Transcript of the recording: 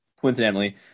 coincidentally